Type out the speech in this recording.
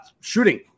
shooting